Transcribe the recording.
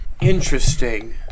Interesting